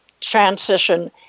transition